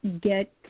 get